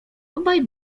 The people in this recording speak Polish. obaj